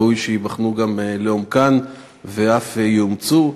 ראוי שייבחנו גם לעומקן ואף יאומצו.